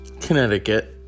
Connecticut